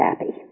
happy